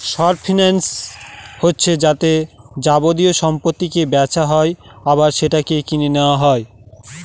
short finance হচ্ছে যাতে যাবতীয় সম্পত্তিকে বেচা হয় আবার সেটাকে কিনে নেওয়া হয়